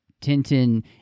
Tintin –